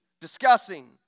discussing